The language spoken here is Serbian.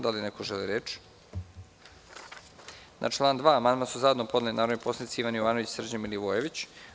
Da li neko želi reč? (Ne.) Na član 2. amandman su zajedno podneli narodni poslanici Ivan Jovanović i Srđan Milivojević.